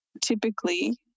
typically